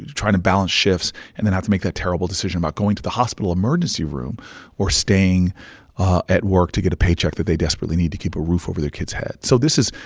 trying to balance shifts and then have to make that terrible decision about going to the hospital emergency room or staying at work to get a paycheck that they desperately need to keep a roof over their kid's head. so this is,